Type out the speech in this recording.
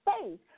faith